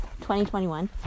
2021